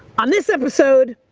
on this episode,